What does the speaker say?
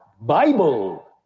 Bible